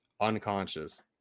unconscious